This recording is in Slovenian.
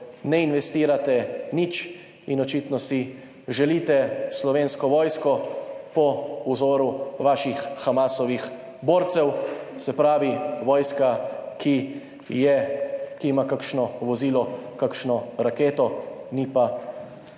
ne investirate nič in očitno si želite Slovensko vojsko po vzoru vaših Hamasovih borcev, se pravi, vojska, ki je, ki ima kakšno vozilo, kakšno raketo, ni pa